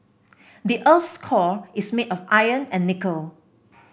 the earth's core is made of iron and nickel